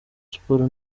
sports